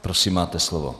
Prosím, máte slovo.